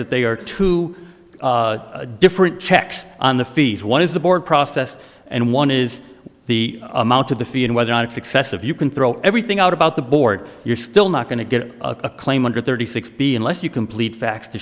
that they are two different checks on the feeds one is the board process and one is the amount of the fee and whether or not it's excessive you can throw everything out about the board you're still not going to get a claim under thirty six b unless you complete facts to